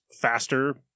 faster